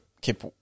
keep